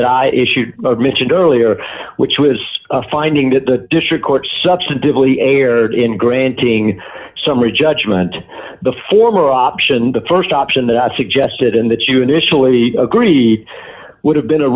that i issued mentioned earlier which was a finding that the district court substantively erred in granting summary judgment the former option the st option that i suggested and that you initially agreed would have been a